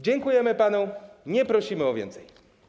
Dziękujemy panu, nie prosimy o więcej.